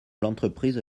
l’entreprise